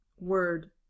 word